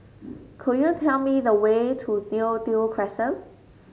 could you tell me the way to Neo Tiew Crescent